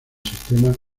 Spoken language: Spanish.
sistema